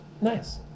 nice